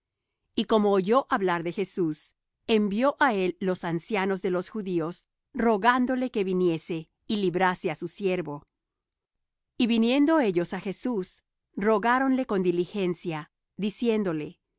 y como oyó hablar de jesús envió á él los ancianos de los judíos rogándole que viniese y librase á su siervo y viniendo ellos á jesús rogáronle con diligencia diciéndole